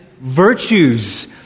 virtues